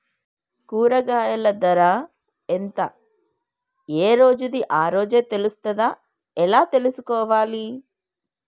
కూరగాయలు ధర ఎంత ఏ రోజుది ఆ రోజే తెలుస్తదా ఎలా తెలుసుకోవాలి?